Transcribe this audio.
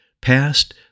past